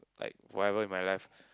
like forever in my life